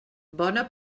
bona